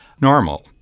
normal